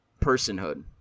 personhood